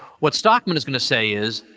what stockman is going to say is,